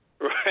Right